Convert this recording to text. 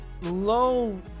low